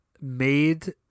made